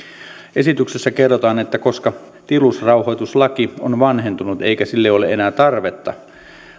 esityksessä kerrotaan että koska tilusrauhoituslaki on vanhentunut eikä sille ole enää tarvetta